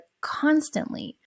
constantly